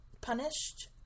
punished